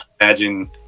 Imagine